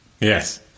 Yes